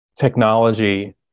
technology